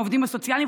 העובדים הסוציאליים,